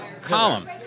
column